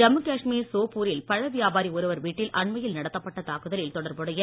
ஜம்மு காஷ்மீர் சோப்பூரில் பழ வியாபாரி ஒருவர் வீட்டில் அண்மையில் நடத்தப்பட்ட தாக்குதலில் தொடர்புடைய